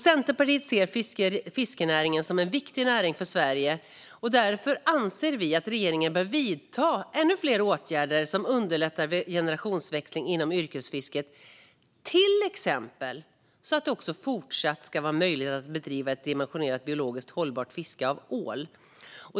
Centerpartiet ser fiskenäringen som en viktig näring för Sverige. Därför anser vi att regeringen bör vidta ännu fler åtgärder som underlättar vid generationsväxling inom yrkesfisket. Det gäller till exempel att det fortsatt ska vara möjligt att bedriva ett dimensionerat, hållbart, biologiskt hållbart fiske av ål.